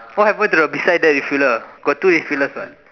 what happen to the beside the refiller got two refillers what